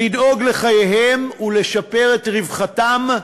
לדאוג לחייהם ולשפר את רווחתם,